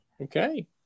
Okay